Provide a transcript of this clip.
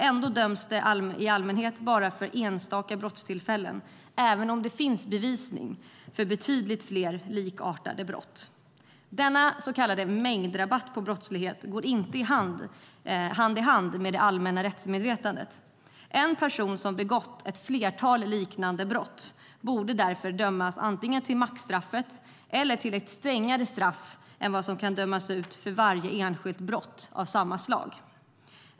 Ändå döms de i allmänhet bara för enstaka brottstillfällen även om det finns bevisning för betydligt fler likartade brott. Denna så kallade mängdrabatt på brottslighet går inte hand i hand med det allmänna rättsmedvetandet. En person som begått ett flertal likartade brott borde därför dömas till maxstraffet eller till ett strängare straff än vad som kan utdömas för varje enskilt brott av samma slag.